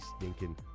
stinking